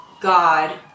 God